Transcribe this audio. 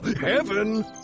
Heaven